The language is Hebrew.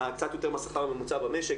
מהשכר הממוצע במשק.